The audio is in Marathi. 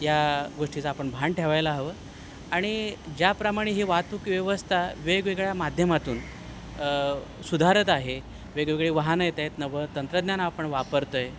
या गोष्टीचा आपण भान ठेवायला हवं आणि ज्याप्रमाणे ही वाहतूक व्यवस्था वेगवेगळ्या माध्यमातून सुधारत आहे वेगवेगळी वाहनं येत आहेत नवं तंत्रज्ञान आपण वापरतो आहे